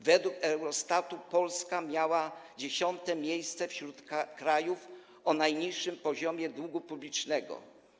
Według Eurostatu Polska zajmowała 10. miejsce wśród krajów o najniższym poziomie długu publicznego.